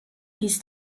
hieß